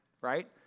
right